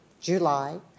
July